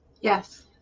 Yes